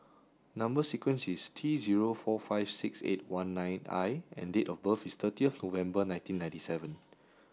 number sequence is T zero four five six eight one nine I and date of birth is thirty of November nineteen nineteen seven